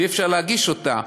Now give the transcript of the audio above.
ואי-אפשר להגיש אותה.